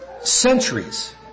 centuries